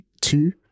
two